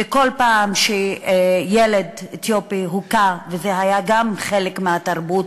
וכל פעם שילד אתיופי הוכה וגם זה היה חלק מהתרבות,